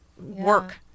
work